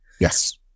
Yes